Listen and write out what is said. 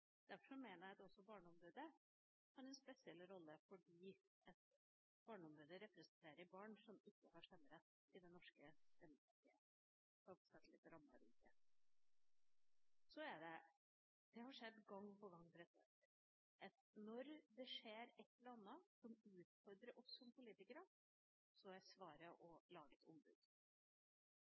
Derfor mener jeg også at barneombudet har en spesiell rolle, fordi barneombudet representerer barn, som ikke har stemmerett i det norske demokratiet – bare for å sette litt rammer rundt det. Det har skjedd gang på gang, at når det skjer et eller annet som utfordrer oss som politikere, er svaret å lage et ombud.